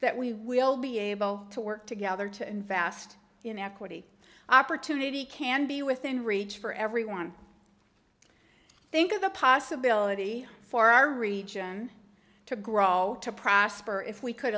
that we will be able to work together to invest in equity opportunity can be within reach for everyone think of the possibility for our region to grow to prosper if we could